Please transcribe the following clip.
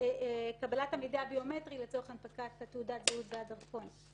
קבלת המידע הביומטרי לצורך הנפקת תעודת הזהות והדרכון.